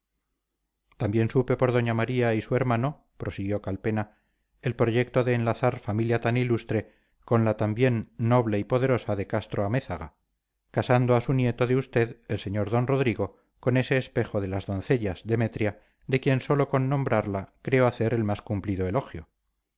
también supe por doña maría y su hermano prosiguió calpena el proyecto de enlazar familia tan ilustre con la también noble y poderosa de castro-amézaga casando a su nieto de usted el sr d rodrigo con ese espejo de las doncellas demetria de quien sólo con nombrarla creo hacer el más cumplido elogio